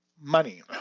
money